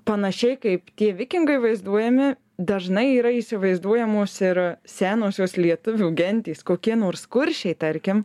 panašiai kaip tie vikingai vaizduojami dažnai yra įsivaizduojamos ir senosios lietuvių gentys kokie nors kuršiai tarkim